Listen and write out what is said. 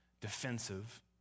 defensive